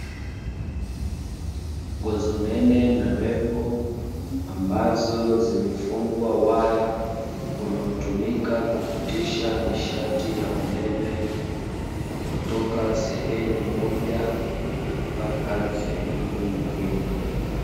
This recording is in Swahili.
Nguzo nene na refu ambazo zimefungwa waya unaotumika kupitisha nishati ya umeme kutoka sehemu moja mpaka sehemu nyingine.